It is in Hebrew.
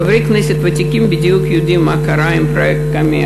חברי כנסת ותיקים יודעים בדיוק מה קרה עם פרויקט קמ"ע.